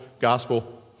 Gospel